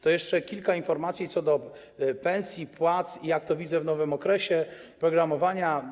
To jeszcze kilka informacji co do pensji, płac i jak to widzę w nowym okresie programowania.